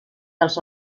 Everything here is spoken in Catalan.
dels